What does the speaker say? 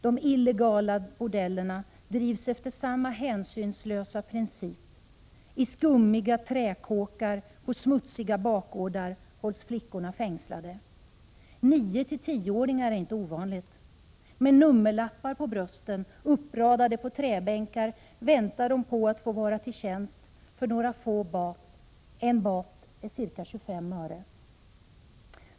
De illegala bordellerna drivs efter samma hänsynslösa princip; i skumma träkåkar på smutsiga bakgator hålls flickorna fängslade — nio-tioåringar är inte ovanligt. Med nummerlappar på brösten, uppradade på träbänkar väntar de på att stå till tjänst för några bath, en bath är ca 25 öre.